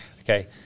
okay